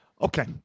Okay